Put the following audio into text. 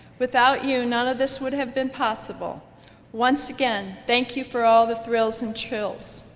without you none of this would have been possible once again thank you for all the thrills and chills.